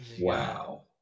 wow